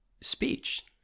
speech